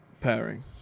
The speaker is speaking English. pairing